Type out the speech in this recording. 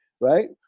right